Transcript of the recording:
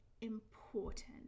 important